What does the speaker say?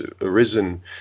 arisen